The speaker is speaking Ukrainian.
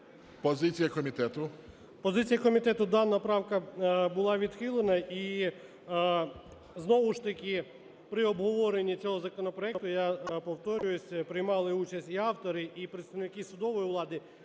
ПАВЛІШ П.В. Позиція комітету: дана правка була відхилена. І знову ж таки при обговоренні цього законопроекту, я повторюю, приймали участь і автори, і представники судової влади,